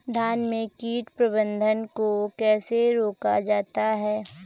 धान में कीट प्रबंधन को कैसे रोका जाता है?